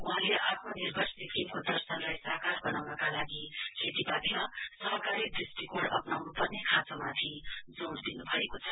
वहाँले आत्मनिर्भर सिक्किमको दर्शनलाई साकार बनाउनका लागि खेतीपातीमा सहकारी दृष्टिकोण अप्राउनुपर्ने खाँचोमाथि जोड़ दिनुभएको छ